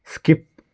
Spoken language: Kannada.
ಸ್ಕಿಪ್